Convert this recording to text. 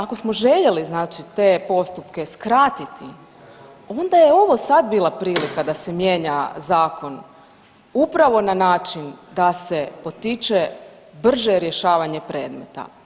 Ako smo željeli znači te postupke skratiti onda je ovo sad bila prilika da se mijenja zakon upravo na način da se potiče brže rješavanje predmeta.